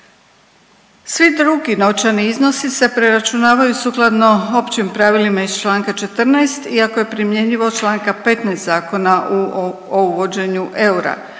Svi drugi novčani iznosi se preračunavaju sukladno općim pravilima iz čl. 14. i ako je primjenjivo čl. 15. Zakona o uvođenju eura.